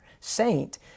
saint